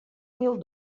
mil